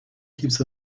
keeps